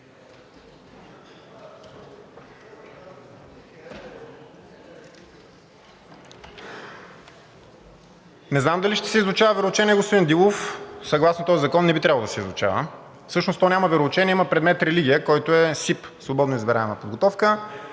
Не знам дали ще се изучава вероучение, господин Дилов. Съгласно този закон не би трябвало да се изучава. Всъщност то няма вероучение, а има предмет „Религия“, който е СИП – свободно избираема подготовка.